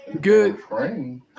Good